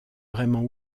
vraiment